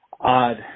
Odd